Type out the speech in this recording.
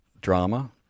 drama